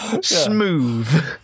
Smooth